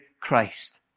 Christ